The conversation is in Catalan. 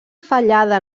fallada